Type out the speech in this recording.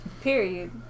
Period